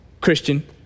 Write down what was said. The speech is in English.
Christian